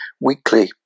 weekly